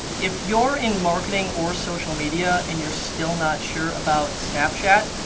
if you're in marketing or social media and you're still not sure about snapchat,